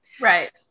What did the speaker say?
Right